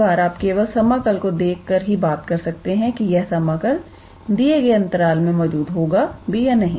कई बार आप केवल समाकल को देख कर ही बता सकते हैं कि यह समाकल दिए गए अंतराल में मौजूद होगा भी या नहीं